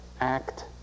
act